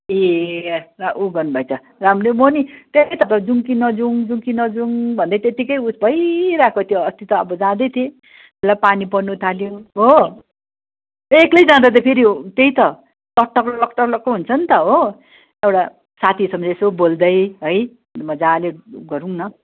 ए ल उ गर्नुभएछ राम्रै म पनि त्यही त तपाईँ जाउँ कि नजाउँ जाउँ कि नजाउँ भन्दै त्यत्तिकै उ यस भइरहेको थियो अस्ति त अब जाँदैथिएँ ल पानी पर्नुथाल्यो हो एक्लै जाँदा त फेरि त्यही त हो एउटा साथीसँग यसो बोल्दै है मजाले गरौँ न